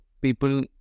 people